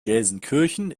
gelsenkirchen